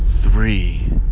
three